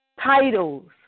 titles